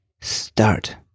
start